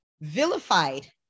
vilified